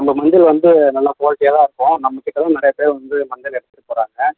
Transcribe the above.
நம்ம மஞ்சள் வந்து நல்லா க்வாலிட்டியாக தான் இருக்கும் நம்பக்கிட்டே தான் நிறையா பேர் வந்து மஞ்சள் எடுத்துகிட்டு போகிறாங்க